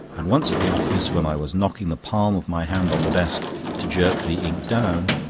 and once at the office when i was knocking the palm of my hand on the desk to jerk the ink down,